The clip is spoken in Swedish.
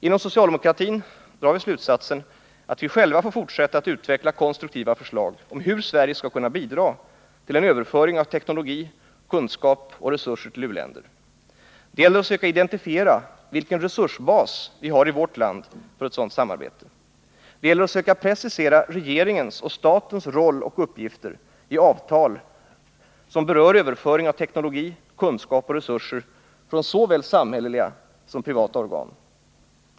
Inom socialdemokratin drar vi slutsatsen ätt vi själva får fortsätta att utveckla konstruktiva förslag om hur Sverige skall kunna bidra till en överföring av teknologi, kunskap och resurser till u-länder. Det gäller att söka identifiera vilken resursbas vi har i vårt land för ett sådant samarbete. Det gäller att söka precisera regeringens och statens roll och uppgifter i avtal, som berör överföring av teknologi, kunskap och resurser från såväl samhälleliga som privata organ.